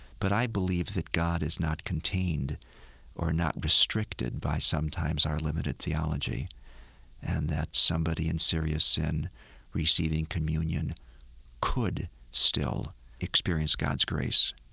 but i believe that god is not contained or not restricted by sometimes our limited theology and that somebody in serious sin receiving communion could still experience god's grace.